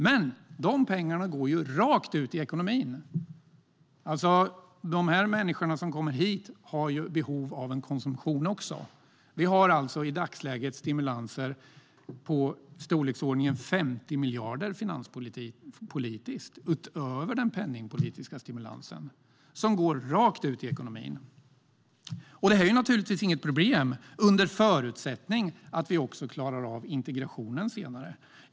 Men de pengarna går ju rakt ut i ekonomin, då de människor som kommer hit också har behov av konsumtion. I dagsläget har vi alltså stimulanser på i storleksordningen 50 miljarder finanspolitiskt, utöver den penningpolitiska stimulansen, som går rakt ut i ekonomin. Detta är naturligtvis inget problem, under förutsättning att vi klarar av integrationen senare.